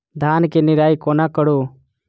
धान केँ निराई कोना करु?